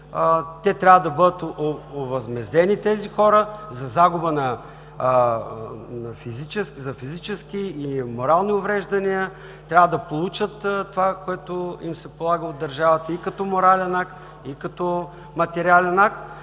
че трябва да бъдат овъзмездени тези хора с физически и морални увреждания, трябва да получат това, което им се полага от държавата и като морален акт, и като материален акт.